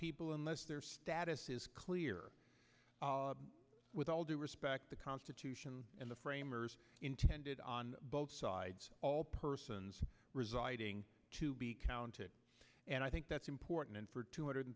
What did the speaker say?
people unless their status is clear with all due respect the constitution and the framers intended on both sides all persons residing to be counted and i think that's important and for two hundred